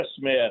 Smith